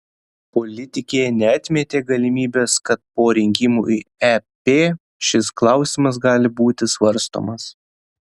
politikė neatmetė galimybės kad po rinkimų į ep šis klausimas gali būti svarstomas